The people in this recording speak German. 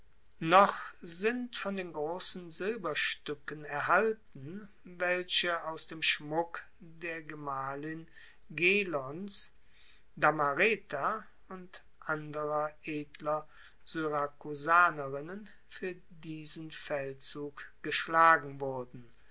noch sind von den grossen silberstuecken erhalten welche aus dem schmuck der gemahlin gelons damareta und anderer edler syrakusanerinnen fuer diesen feldzug geschlagen wurden